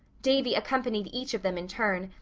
davy accompanied each of them in turn,